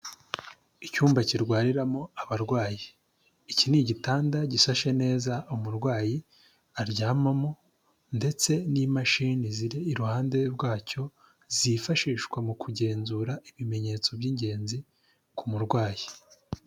Icyumba kirwariramo abarwayi. Iki ni igitanda gishashe neza, umurwayi aryamamo, ndetse n'imashini ziri iruhande rwacyo, zifashishwa mu kugenzura ibimenyetso by'ingenzi ku murwayi.